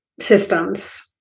systems